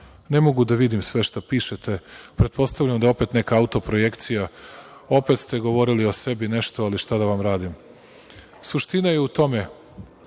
ne mogu da vidim sve što pišete, pretpostavljam da je opet neka autoprojekcija, opet ste govorili o sebi nešto, ali, šta da vam radim – suština je u tome